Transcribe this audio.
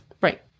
Right